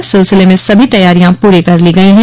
इस सिलसिले में सभो तैयारियां पूरी कर ली गयी हैं